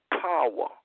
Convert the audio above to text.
power